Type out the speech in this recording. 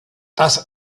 das